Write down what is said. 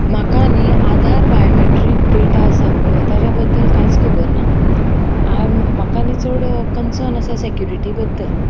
म्हाका न्ही Aadhaar biometric data आसा पळय ताज्या बद्दल कांयच खबर ना म्हाका न्ही चड कन्सन आसा सेक्युरिटी बद्दल